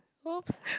oops